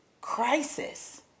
crisis